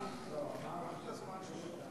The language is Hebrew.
קח את הזמן שלך,